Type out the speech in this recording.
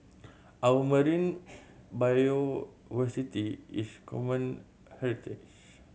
our marine b is common heritage